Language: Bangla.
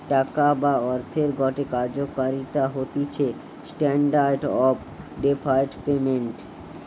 টাকা বা অর্থের গটে কার্যকারিতা হতিছে স্ট্যান্ডার্ড অফ ডেফার্ড পেমেন্ট